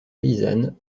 paysanne